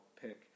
pick